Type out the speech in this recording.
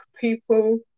people